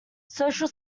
social